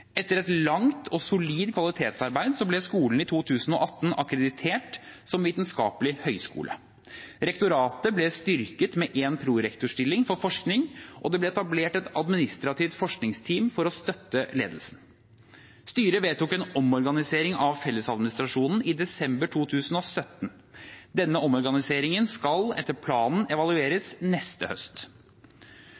Etter et langt og solid kvalitetsarbeid ble skolen i 2018 akkreditert som vitenskapelig høgskole. Rektoratet ble styrket med en prorektorstilling for forskning, og det ble etablert et administrativt forskningsteam for å støtte ledelsen. Styret vedtok en omorganisering av fellesadministrasjonen i desember 2017. Denne omorganiseringen skal etter planen